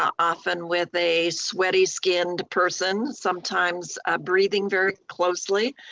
um often with a sweaty-skinned person, sometimes breathing very closely.